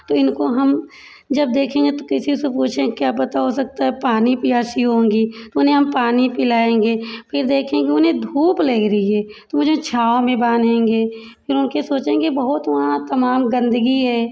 तो इनको हम जब देखेंगे तो किसी से पूछेंगे क्या पता पानी प्यासी होंगी तो उन्हें हम पानी पिलाएंगे फिर देखेंगे उन्हें धूप लग रही है तो मुझे छाँव में बान्हेंगे क्योंकि सोचेंगे बहुत वहाँ तमाम गंदगी है